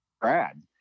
Brad